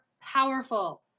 powerful